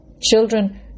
children